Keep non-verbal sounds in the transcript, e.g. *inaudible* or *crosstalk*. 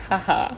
*laughs*